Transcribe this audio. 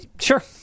sure